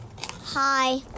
Hi